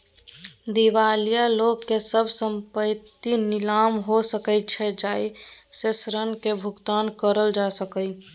दिवालिया लोक के सब संपइत नीलाम हो सकइ छइ जइ से ऋण के भुगतान करल जा सकइ